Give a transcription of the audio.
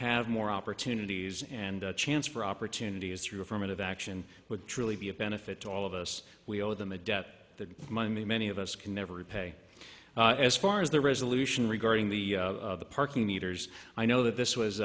have more opportunities and a chance for opportunity as you affirmative action would truly be a benefit to all of us we owe them a debt that money many of us can never repay as far as the resolution regarding the parking meters i know that this was